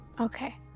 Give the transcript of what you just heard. Okay